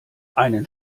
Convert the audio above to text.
einen